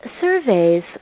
surveys